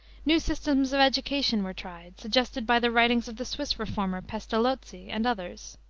new systems of education were tried, suggested by the writings of the swiss reformer, pestalozzi, and others.